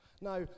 Now